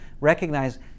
recognize